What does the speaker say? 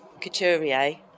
Couturier